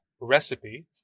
recipe